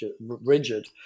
rigid